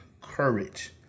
courage